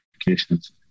applications